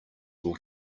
will